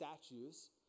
statues